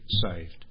saved